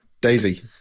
Daisy